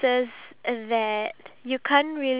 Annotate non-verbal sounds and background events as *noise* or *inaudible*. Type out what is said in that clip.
what is it called *noise*